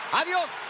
adiós